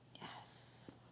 Yes